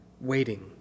Waiting